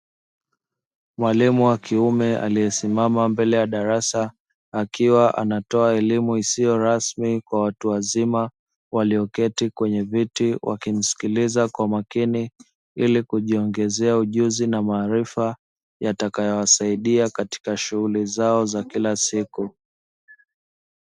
Mwalimu wa kiume aliyesimama mbele ya darasa akiwa anatoa elimu isiyo rasmi kwa watu wazima walioketi kwenye viti wakimsikiliza kwa makini, ili kujiongezea ujuzi na maarifa yatakayowasaidia katika shughuli zao za kila siku.